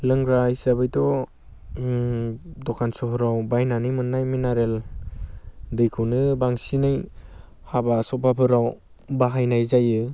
लोंग्रा हिसाबैथ' दखान सहराव बायनानै मोननाय मिनारेल दैखौनो बांसिनै हाबा सभाफोराव बाहायनाय जायो